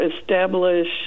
establish